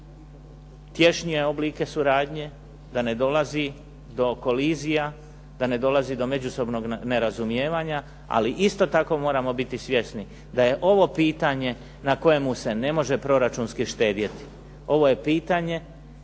skrb imaju tješnije oblike suradnje, da ne dolazi do kolizija, da ne dolazi do međusobnog nerazumijevanja. Ali isto tako moramo biti svjesni da je ovo pitanje na kojemu se ne može proračunski štedjeti. Ovo je pitanje